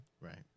right